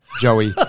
Joey